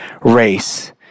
race